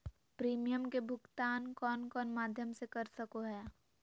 Premium के भुक्तान कौन कौन माध्यम से कर सको है?